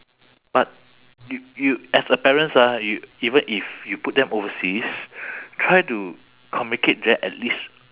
but you you as a parents ah you even if you put them overseas try to communicate them at least